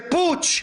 בפוטש,